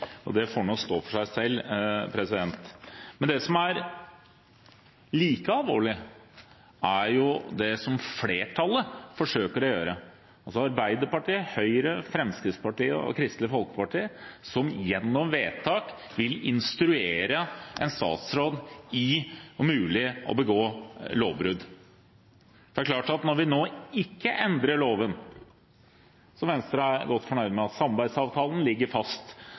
Senterpartiet. Det får stå for deres regning. Men det som er like alvorlig, er det som flertallet forsøker å gjøre: Arbeiderpartiet, Høyre, Fremskrittspartiet og Kristelig Folkeparti, som gjennom vedtak vil instruere en statsråd i, om mulig, å begå lovbrudd. Det er klart at når vi nå ikke endrer loven – og Venstre er godt fornøyd med at samarbeidsavtalen ligger fast